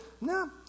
no